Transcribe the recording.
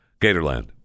Gatorland